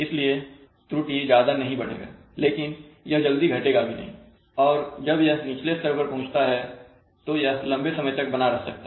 इसलिए त्रुटि ज्यादा नहीं बढ़ेगा लेकिन यह जल्दी घटेगा भी नहीं और जब यह निचले स्तर पर पहुंचता है तो यह लंबे समय तक बना रह सकता है